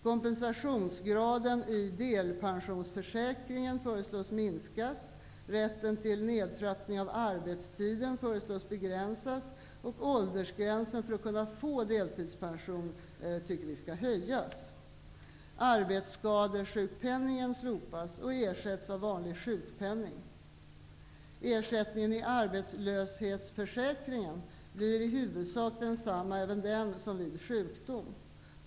Kompensationsgraden i delpensionsförsäkringen föreslås minskas. Rätten till nedtrappning av arbetstiden föreslås begränsas, och åldersgränsen för att kunna få deltidspension skall höjas. Arbetsskadesjukpenningen slopas och ersätts av vanlig sjukpenning. Ersättningen i arbetslöshetsförsäkringen blir i huvudsak densamma, även den som vid sjukdom.